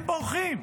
הם בורחים.